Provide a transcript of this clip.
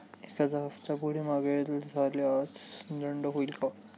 एखादा हफ्ता पुढे मागे झाल्यास दंड होईल काय?